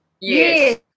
yes